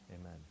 Amen